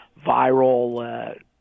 viral